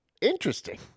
interesting